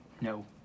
No